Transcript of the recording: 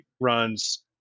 runs